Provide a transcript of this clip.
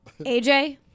AJ